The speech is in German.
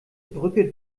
brücke